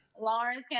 Lawrence